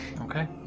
Okay